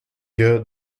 year